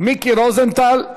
מיקי רוזנטל.